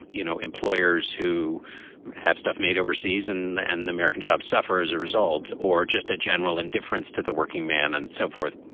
you know, employers who have stuff made overseas and and the american jobs suffer as a result or just a general indifference to the working man and so forth.